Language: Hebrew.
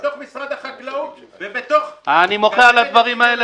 בתוך משרד החקלאות --- אני מוחה על הדברים האלה.